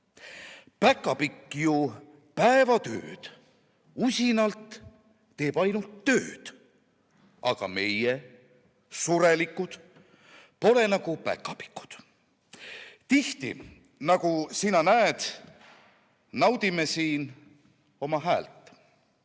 Päkapikk ju päevatööd usinalt teeb, ainult tööd. Aga meie, surelikud, pole nagu päkapikud. Tihti, nagu sina näed, naudime siin oma häält.